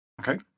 Okay